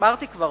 אמרתי כבר,